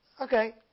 Okay